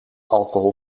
alcohol